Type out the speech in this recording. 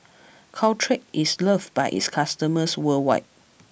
Caltrate is loved by its customers worldwide